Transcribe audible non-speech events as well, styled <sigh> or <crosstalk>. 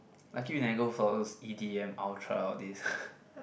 lucky you never go for those e_d_m ultra all these <laughs>